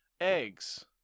Eggs